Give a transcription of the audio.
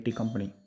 company